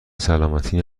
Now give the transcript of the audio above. سلامتی